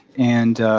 and